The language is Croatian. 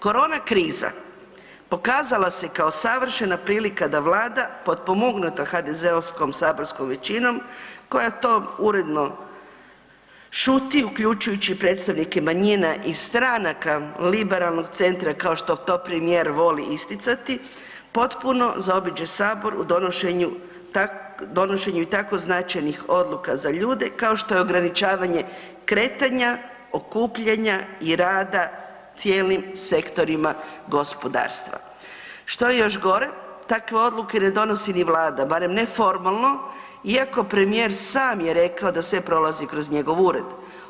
Korona krina pokazala se kao savršena prilika da Vlada potpomognuta HDZ-ovskom saborskom većinom koja to uredno šuti uključujući predstavnike manjina i stranaka liberalnog centra kao što to premijer voli isticati, potpuno zaobiđe Sabor u donošenju tako značajnih odluka za ljude kao što je ograničavanje kretanja, okupljanja i rada cijelim sektorima gospodarstva, što je još gore takve odluke ne donosi ni Vlada barem ne formalno iako je premijer sam rekao da sve prolazi kroz njegov ured.